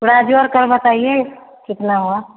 थोड़ा जोड़कर बताइए कितना हुआ